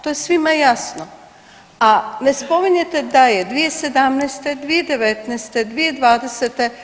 To je svima jasno, a ne spominjete da je 2017., 2019., 2020.